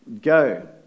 Go